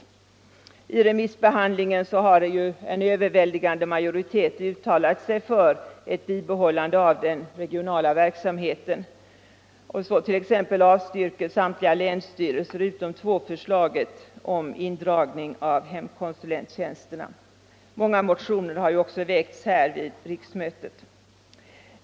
Vid remissbehandlingen har en överväldigande majoritet uttalat sig för ett bibehållande av den regionala verksamheten. Så t. ex avstyrker samtliga länsstyrelser utom två förslaget om indragning av hemkonsulenttjänsterna. Många motioner har ju också väckts här vid riksmötet.